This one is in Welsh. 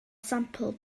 sampl